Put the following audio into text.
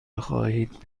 بخواهید